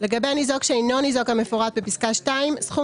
לגבי ניזוק שאינו ניזוק המפורט בפסקה (2) סכום